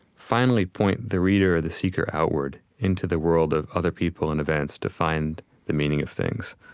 finally point the reader or the seeker outward into the world of other people and events to find the meaning of things.